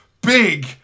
big